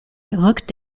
rückt